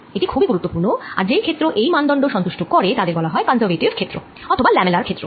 এটি খুবই গুরুত্বপূর্ণ আর যেই ক্ষেত্র এই মানদণ্ড সন্তুষ্ট করে তাদের বলা হয় কন্সারভেটিভ ক্ষেত্র অথবা ল্যামেলার ক্ষেত্র